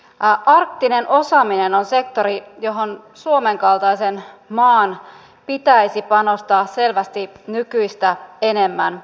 arktinen osaaminen on sektori johon suomen kaltaisen maan pitäisi panostaa selvästi nykyistä enemmän